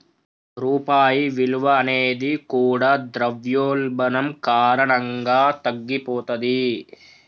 రూపాయి విలువ అనేది కూడా ద్రవ్యోల్బణం కారణంగా తగ్గిపోతది